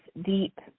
deep